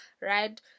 right